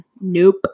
nope